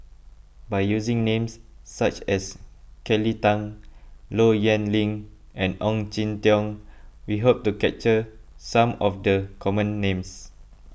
by using names such as Kelly Tang Low Yen Ling and Ong Jin Teong we hope to capture some of the common names